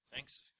Thanks